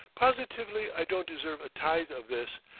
positively i don't deserve a tithe of this.